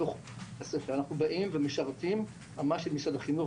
כלומר אנחנו באים ומשרתים ממש את משרד החינוך,